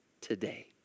today